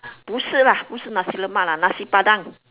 不是啦不是 nasi-lemak lah nasi-padang